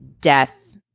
death